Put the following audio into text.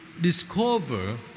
discover